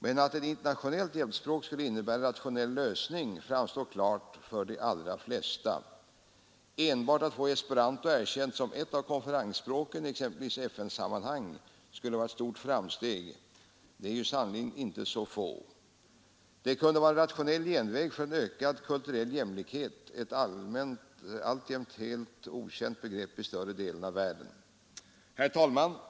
Men att ett internationellt hjälpspråk skulle innebära en rationell lösning framstår klart för de allra flesta. Enbart att få esperanto erkänt som ett av konferensspråken exempelvis i FN-sammanhang skulle vara ett stort framsteg; dessa konferensspråk är sannerligen inte så få. Det kunde vara en rationell genväg för ökad kulturell jämlikhet — ett alltjämt helt okänt begrepp i större delen av världen. Herr talman!